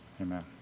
Amen